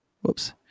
whoops